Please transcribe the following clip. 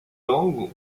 langues